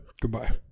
goodbye